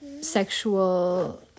sexual